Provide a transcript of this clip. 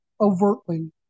overtly